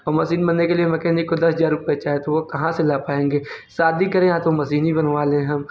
और मसीन बनने के लिए मकेनिक को दस हज़ार रुपए चाहिए तो वो कहाँ से ला पाएँगे शादी करें या तो मसीन ही बनवा लें हम